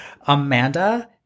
Amanda